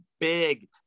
big